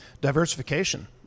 diversification